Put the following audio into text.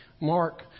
Mark